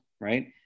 right